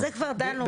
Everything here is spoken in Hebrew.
על זה כבר דנו.